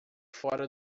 fora